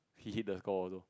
he hit the score also